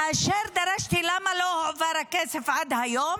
כאשר דרשתי, למה לא הועבר הכסף עד היום?